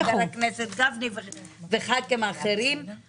עם חבר הכנסת גפני וחברי כנסת אחרים.